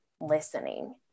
listening